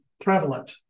prevalent